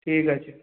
ঠিক আছে